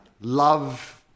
Love